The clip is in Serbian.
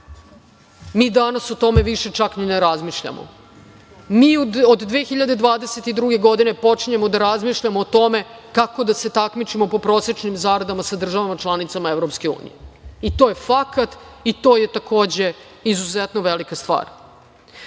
Mi danas o tome više čak ni ne razmišljamo. Mi od 2022. godine počinjemo da razmišljamo o tome kako da se takmičimo po prosečnim zaradama sa državama članicama EU i to je fakat i to je, takođe, izuzetno velika stvar. Što